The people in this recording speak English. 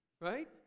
Right